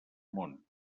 món